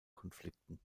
konflikten